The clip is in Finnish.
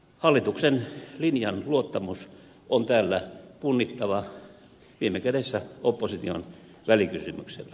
hallituksen linjan luottamus on täällä punnittava viime kädessä opposition välikysymyksellä